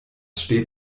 steht